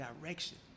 direction